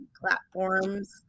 platforms